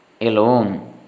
alone